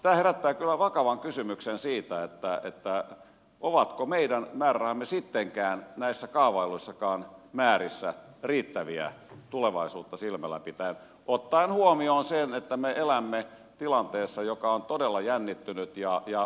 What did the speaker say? tämä herättää kyllä vakavan kysymyksen siitä ovatko meidän määrärahamme sittenkään näissä kaavailluissakaan määrissä riittäviä tulevaisuutta silmällä pitäen ottaen huomioon sen että me elämme tilanteessa joka on todella jännittynyt ja valitettava